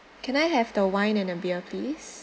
can I have the wine and the beer please